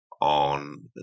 on